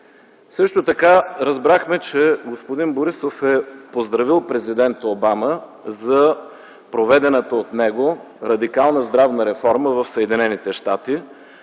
Също така разбрахме, че господин Борисов е поздравил президента Обама за проведената от него радикална здравна реформа в Съединените щати,